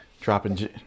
dropping